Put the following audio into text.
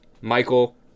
Michael